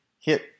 hit